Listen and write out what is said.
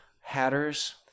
hatters